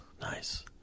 nice